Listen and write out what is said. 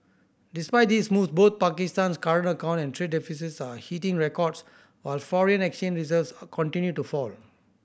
despite these moves both Pakistan's current account and trade deficits are hitting records while foreign exchange reserves are continue to fall